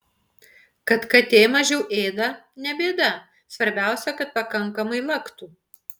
kad katė mažiau ėda ne bėda svarbiausia kad pakankamai laktų